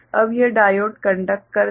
अब यह diode conduct करता है